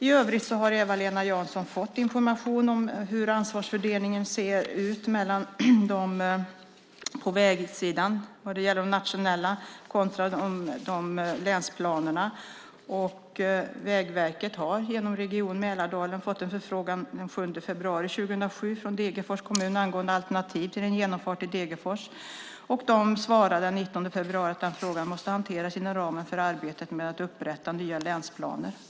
I övrigt har Eva-Lena Jansson fått information om hur ansvarsfördelningen ser ut mellan dem på vägsidan vad gäller den nationella planen kontra länsplanerna. Vägverket har genom Region Mälardalen fått en förfrågan den 7 februari 2007 från Degerfors kommun angående alternativ till en genomfart i Degerfors. De svarade den 19 februari att den frågan måste hanteras inom ramen för arbetet med att upprätta nya länsplaner.